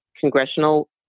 congressional